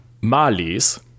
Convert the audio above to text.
malis